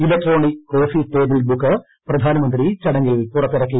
electronic coffee table book പ്രധാനമുന്ത്രീ ചടങ്ങിൽ പുറത്തിറക്കി